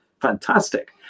fantastic